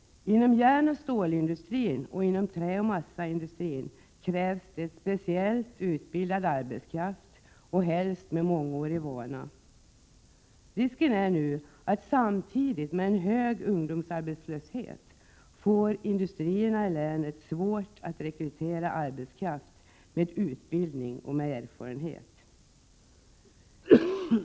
Inom järnoch stålindustrin och inom träoch massaindustrin krävs det speciellt utbildad arbetskraft, helst med mångårig vana. Risken är nu att, samtidigt som ungdomsarbetslösheten är hög, industrierna i länet får svårt att rekrytera arbetskraft med utbildning och erfarenhet.